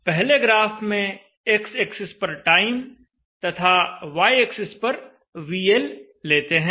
पहले ग्राफ में x axis पर टाइम तथा y एक्सिस पर VL लेते हैं